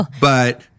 But-